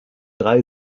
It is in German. drei